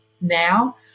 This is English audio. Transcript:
now